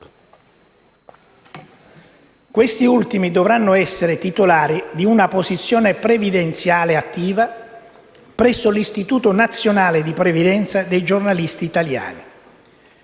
Questi ultimi dovranno essere titolari di una posizione previdenziale attiva presso l'Istituto nazionale di previdenza dei giornalisti italiani.